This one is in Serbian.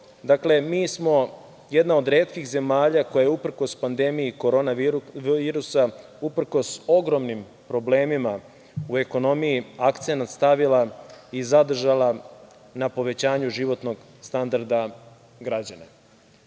6,6%.Dakle, mi smo jedna od retkih zemalja koja je, uprkos pandemiji korona virusa, uprkos ogromnim problemima u ekonomiji, akcenat stavila i zadržala na povećanju životnog standarda građana. Mislim